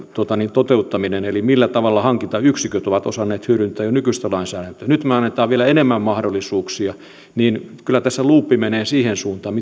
toteuttamisesta millä tavalla hankintayksiköt ovat osanneet hyödyntää jo nykyistä lainsäädäntöä ja nyt kun me annamme vielä enemmän mahdollisuuksia niin kyllä tässä luuppi menee siihen suuntaan